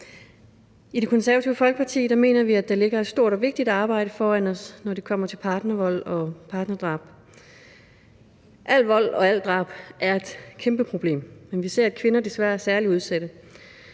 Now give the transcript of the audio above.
I Det Konservative Folkeparti mener vi, at der ligger et stort og vigtigt arbejde foran os, når det kommer til partnervold og partnerdrab. Al vold og al drab er et kæmpe problem, men vi ser, at kvinder desværre er særlig udsatte.